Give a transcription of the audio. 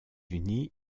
unis